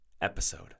episode